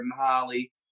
Holly